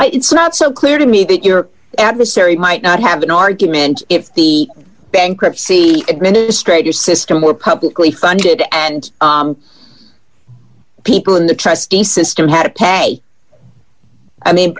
s it's not so clear to me that your adversary might not have an argument if the bankruptcy administrator system were publicly funded and people in the trustee system had to pay